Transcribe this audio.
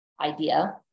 idea